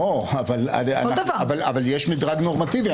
לא, אבל יש מדרג נורמטיבי.